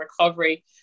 recovery